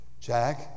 Jack